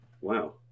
Wow